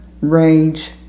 rage